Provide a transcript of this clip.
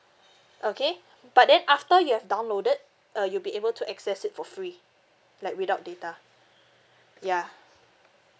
okay but then after you have downloaded uh you'll be able to access it for free like without data yeah